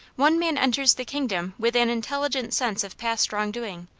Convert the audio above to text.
one man enters the kingdom with an intelligent sense of past wrong-doing,